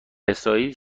اسرائیل